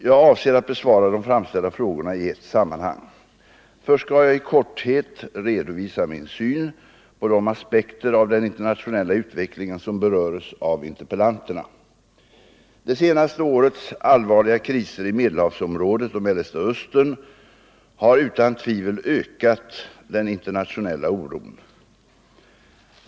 Jag avser att besvara de framställda frågorna i ett sammanhang. Först skall jag i korthet redovisa min syn på de aspekter av den internationella utvecklingen, som beröres av interpellanterna. Det senaste årets allvarliga kriser i Medelhavsområdet och Mellersta Östern har utan tvivel ökat den internationella oron.